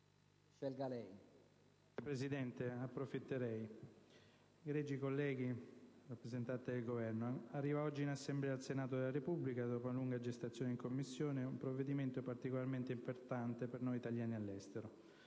Presidente, egregi colleghi, rappresentante del Governo, arriva oggi in Assemblea al Senato della Repubblica, dopo una lunga gestazione in Commissione, un provvedimento particolarmente importante per noi italiani all'estero.